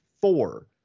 four